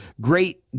great